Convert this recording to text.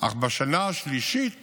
אך בשנה השלישית